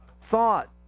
Thought